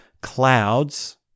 clouds